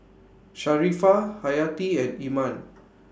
Sharifah Hayati and Iman